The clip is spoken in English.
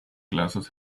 glasses